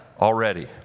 Already